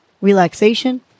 relaxation